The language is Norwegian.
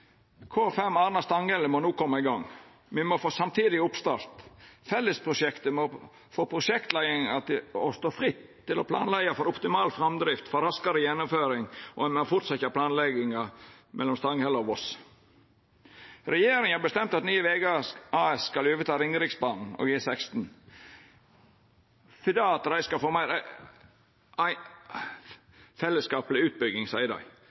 må no koma i gang. Me må få samtidig oppstart. Fellesprosjektet må lata prosjektleiinga stå fritt til å planleggja for optimal framdrift for raskare gjennomføring, og ein må fortsetja planlegginga mellom Stanghelle og Voss. Regjeringa har bestemt at Nye Vegar AS skal overta Ringeriksbanen og E16. Dei skal få ei meir heilskapleg utbygging, seier dei.